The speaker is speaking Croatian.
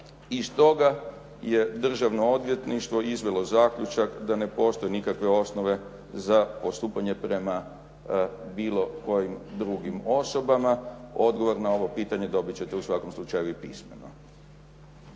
i stoga je državno odvjetništvo izvelo zaključak da ne postoje nikakve osnove za postupanje prema bilo kojim drugim osobama. Odgovor na ovo pitanje dobiti ćete u svakom slučaju i pismeno.